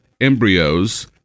embryos